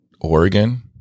Oregon